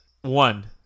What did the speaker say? One